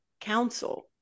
council